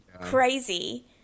crazy